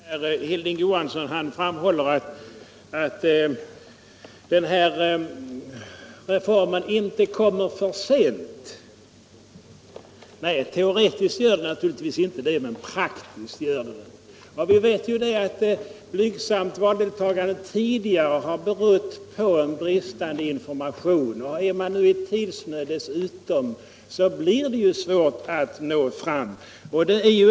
Herr talman! Herr Hilding Johansson framhåller att den här reformen inte kommer försent. Nej, teoretiskt gör den naturligtvis inte det, men praktiskt gör den det. Vi vet ju att blygsamt valdeltagande tidigare har berott på bristande information. Är man dessutom i tidsnöd, så blir det svårt att nå fram.